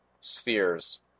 spheres